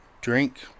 drink